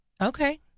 Okay